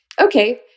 okay